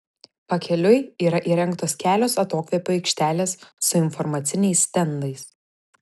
pakeliui yra įrengtos kelios atokvėpio aikštelės su informaciniais stendais